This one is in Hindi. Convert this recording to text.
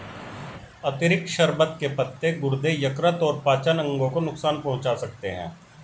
अतिरिक्त शर्बत के पत्ते गुर्दे, यकृत और पाचन अंगों को नुकसान पहुंचा सकते हैं